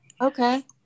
okay